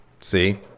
See